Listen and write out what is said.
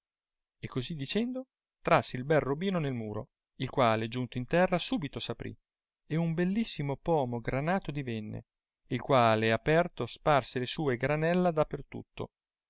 e così dicendo trasse il bel robino nel muro il quale giunto in terra subito s'aprì e un bellissimo pomo granato divenne il quale aperto sparse le sue granella